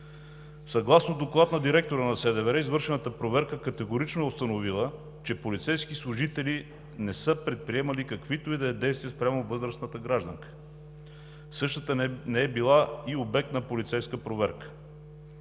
Столичната дирекция на вътрешните работи извършената проверка категорично е установила, че полицейски служители не са предприемали каквито и да е действия спрямо възрастната гражданка. Същата не е била и обект на полицейска проверка.